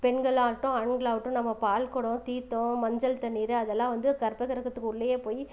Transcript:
பெண்களாகட்டும் ஆண்களாகட்டும் நம்ம பால்குடம் தீர்த்தம் மஞ்சள் தண்ணீர் அதெல்லாம் வந்து கற்பகிரகத்துக்கு உள்ளேயே போய்